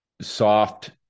soft